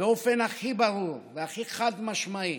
באופן הכי ברור והכי חד-משמעי: